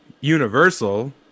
universal